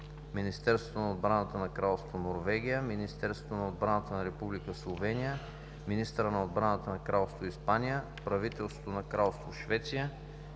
Министерството на отбраната на Кралство Норвегия, Министерството на отбраната на Република Словения, министъра на отбраната на Кралство Испания, Правителството на Кралство Швеция,